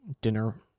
dinner